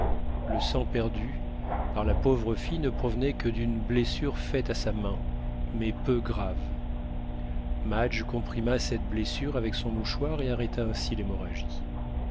le sang perdu par la pauvre fille ne provenait que d'une blessure faite à sa main mais peu grave madge comprima cette blessure avec son mouchoir et arrêta ainsi l'hémorragie